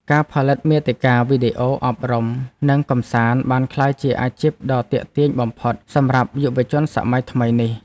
ការផលិតមាតិកាវីដេអូអប់រំនិងកម្សាន្តបានក្លាយជាអាជីពដ៏ទាក់ទាញបំផុតសម្រាប់យុវជនសម័យថ្មីនេះ។